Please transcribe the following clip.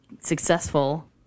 successful